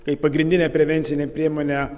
kaip pagrindinę prevencinę priemonę